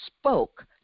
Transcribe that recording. spoke